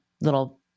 little